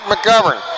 McGovern